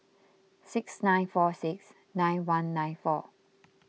six nine four six nine one nine four